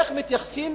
איך מתייחסים